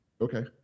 Okay